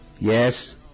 Yes